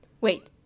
Wait